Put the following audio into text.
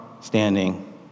standing